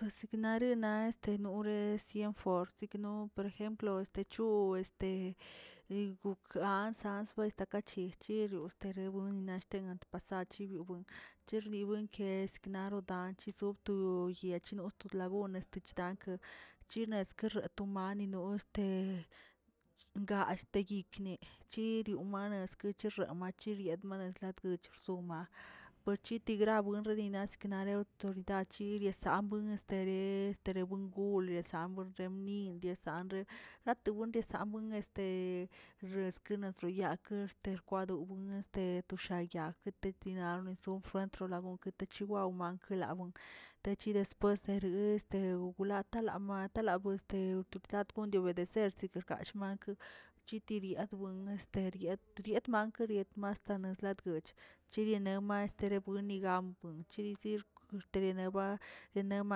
Be siknare na este nores yenfor sikno per ejemplo este chu este guggan ants ansbaka kachi yerio estere nina shtenga sto past achibyo buen, chirbuenke knaro danch zobtu yebchu to lagone tyich dankə schine skarraton nanino este ga esteyikn' chirio mane este chinik ramachiriat chini yiguich rsoma, por chetigrabuen nina sknare torida chi sanbue estere bue estere buengu desambuerguenm yindia samə, atowe de samə este reskeyasonyakə derkwado gom este etoxayag detinaro nsog enkrodatachone waomankənk, tachida spot sere este latala matə la bue este ditat kond'obedecer mankə chitidiarbueng esteriat teriatma keriet mastana laget chirianema estlebuini gam, chiris rit ecterenegam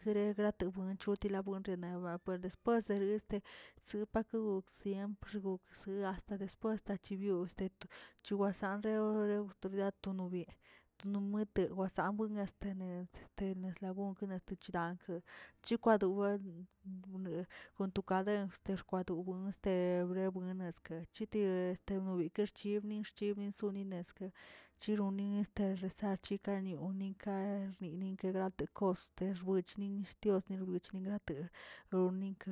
kereg tewen chutilar reneba porle pos ereste supakogsə siempre xgookzə hasta después techebio este chowasan rewo rewdotaread renowi knomete wasam hasta net este neslabonke este chdankə, chkwadobə gode kon to kaden de xkwadono este debrebuena este chite este nobi erchibnix- chibnix nsunineskə chironi este xex achikanioꞌ yinka rnini kegrate kosk rwichni tios rwihcni ninake niurnika.